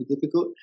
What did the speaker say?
difficult